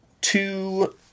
two